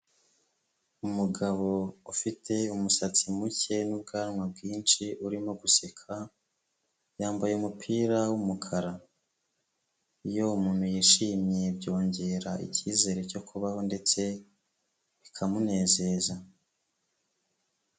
Umugabo ufite umusatsi muke n'ubwanwa bwinshi urimo guseka yambaye umupira w'umukara, iyo umuntu yishimye byongera icyizere cyo kubaho ndetse bikamunezeza.